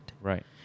Right